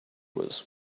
was